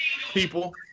people